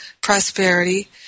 prosperity